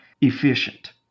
efficient